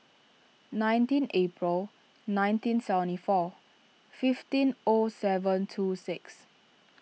nineteen April nineteen seventy four fifteen O seven two six